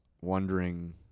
wondering